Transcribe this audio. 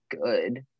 good